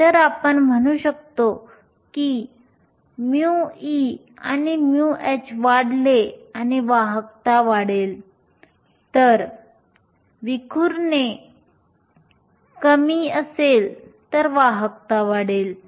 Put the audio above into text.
तर आपण म्हणू शकतो की जर μe आणि μh वाढले तर वाहकता वाढेल जर विखुरणे कमी असेल तर वाहकता वाढेल